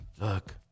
look